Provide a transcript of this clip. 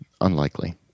Unlikely